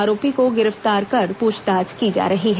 आरोपी को गिरफ्तार कर पूछताछ की जा रही है